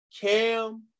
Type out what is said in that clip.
Cam